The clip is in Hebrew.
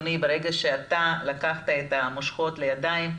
מרגע שאתה לקחת את המושכות לידיים,